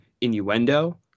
innuendo